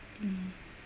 mm